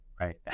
right